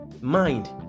mind